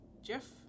Jeff